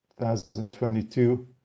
2022